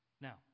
Now